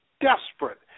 desperate